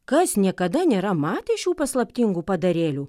kas niekada nėra matę šių paslaptingų padarėlių